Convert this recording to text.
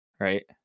Right